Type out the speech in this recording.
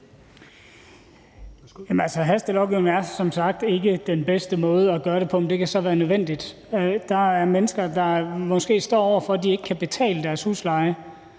hastelovgivning er som sagt ikke den bedste måde at gøre det på, men det kan så være nødvendigt. Der er mennesker, der måske står over for, at de ikke kan betale deres husleje,